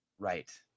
Right